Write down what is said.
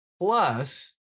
plus